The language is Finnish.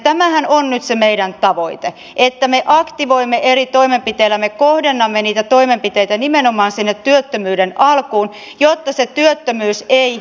tämähän on nyt se meidän tavoitteemme että me aktivoimme eri toimenpiteillä me kohdennamme niitä toimenpiteitä nimenomaan sinne työttömyyden alkuun jotta se työttömyys ei pitkittyisi